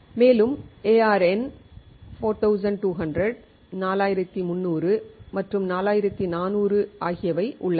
மேலும் AR N 4200 4300 மற்றும் 4400 ஆகியவை உள்ளன